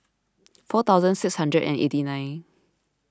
four thousand six hundred and eighty nine